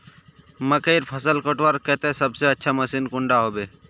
मकईर फसल कटवार केते सबसे अच्छा मशीन कुंडा होबे?